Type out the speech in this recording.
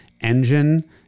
engine